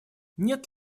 нет